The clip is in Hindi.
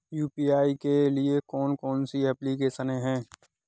यू.पी.आई के लिए कौन कौन सी एप्लिकेशन हैं?